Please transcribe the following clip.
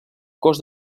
cos